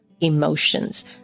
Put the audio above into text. emotions